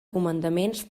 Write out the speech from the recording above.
comandaments